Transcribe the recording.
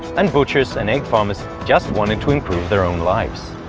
and butchers and egg farmers just wanted to improve their own lives.